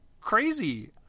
crazy